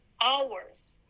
hours